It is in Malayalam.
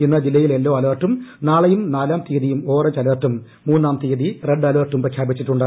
ഇന്ന് ജില്ലയിൽ യെല്ലോ അലർട്ടും നാളെയും നാലാം തീയതിയും ഓറഞ്ച് അലർട്ടും മൂന്നാം തീയതി റെഡ് അലർട്ടും പ്രഖ്യാപിച്ചിട്ടുണ്ട്